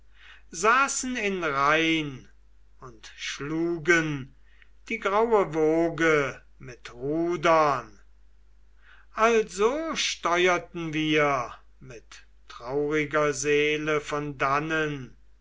saßen in reihn und schlugen die graue woge mit rudern also steuerten wir mit trauriger seele von dannen